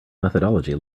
methodology